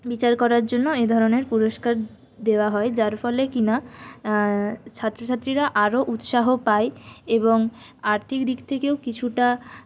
বিচার করার জন্য এ ধরণের পুরস্কার দেওয়া হয় যার ফলে কিনা ছাত্রছাত্রীরা আরও উৎসাহ পায় এবং আর্থিক দিক থিকেও কিছুটা